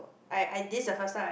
I I this the first time I'm